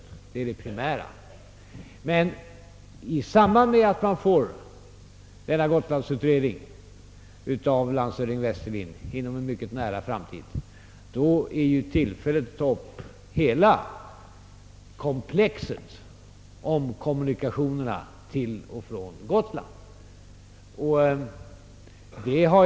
Det är det primära. Men i samband med att landshövding Westerlinds gotlandsutredning inom en mycket nära framtid föreligger, blir det tillfälle att ta upp hela komplexet om kommunikationerna till och från Gotland.